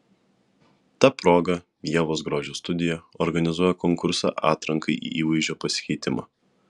ta proga ievos grožio studija organizuoja konkursą atrankai į įvaizdžio pasikeitimą